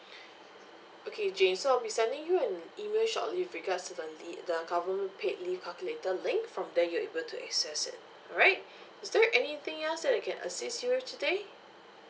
okay jane so I'll be sending you an email shortly with regards to the li~ the government paid leave calculator link from there you'll be able to access it alright is there anything else that I can assist you with today